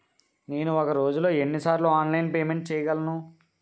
నేను ఒక రోజులో ఎన్ని సార్లు ఆన్లైన్ పేమెంట్ చేయగలను?